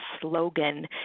slogan